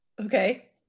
Okay